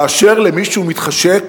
כאשר למישהו מתחשק,